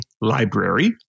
Library